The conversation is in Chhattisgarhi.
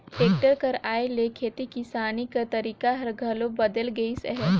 टेक्टर कर आए ले खेती किसानी कर तरीका हर घलो बदेल गइस अहे